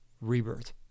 rebirth